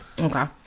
Okay